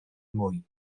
mwy